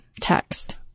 text